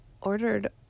ordered